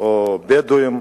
או בדואים.